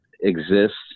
exists